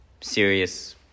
serious